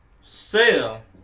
sell